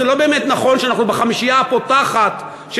זה לא באמת נכון שאנחנו בחמישייה הפותחת של